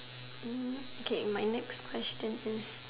Hm okay my next question is